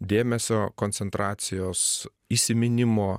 dėmesio koncentracijos įsiminimo